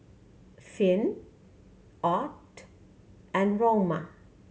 Finn Ott and Roma